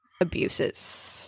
abuses